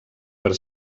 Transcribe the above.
per